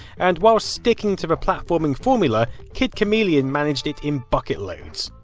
and whilst sticking to the platforming formula, kid chameleon managed it in bucket loads.